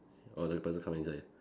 orh the person come inside